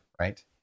right